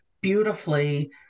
beautifully